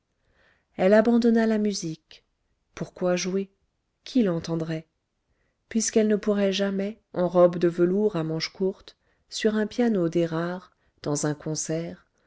elle abandonna la musique pourquoi jouer qui l'entendrait puisqu'elle ne pourrait jamais en robe de velours à manches courtes sur un piano d'érard dans un concert